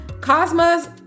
Cosmos